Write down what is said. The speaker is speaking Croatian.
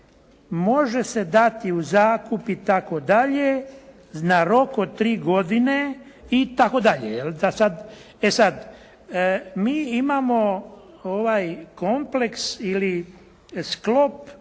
može se dati u zakup itd. na rok od tri godine. E sad, mi imamo ovaj kompleks ili sklop